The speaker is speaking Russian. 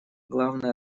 главная